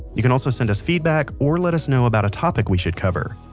you can also send us feedback or let us know about a topic we should cover.